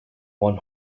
one